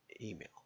email